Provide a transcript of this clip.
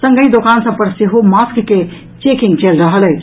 संगहि दोकान सभ पर सेहो मास्क के चेकिंग चलि रहल अछि